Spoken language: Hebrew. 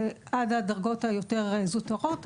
עד הדרגות היותר זוטרות,